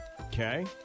Okay